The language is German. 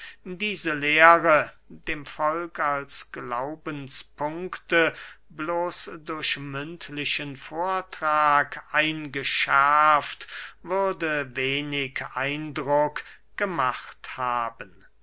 diese lehre dem volk als glaubenspunkte bloß durch mündlichen vortrag eingeschärft würde wenig eindruck gemacht haben